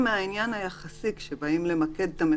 להסתכל על העיר ולבחון הלאה את הדברים,